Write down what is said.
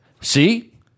see